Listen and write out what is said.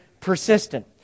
persistent